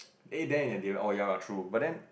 eh Den in Deloitte oh ya lah true but then